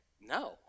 no